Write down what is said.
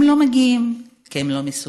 הם לא מגיעים כי הם לא מסוגלים,